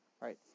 Right